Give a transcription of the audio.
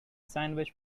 sandwich